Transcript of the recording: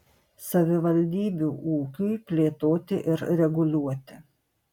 savivaldybių ūkiui plėtoti ir reguliuoti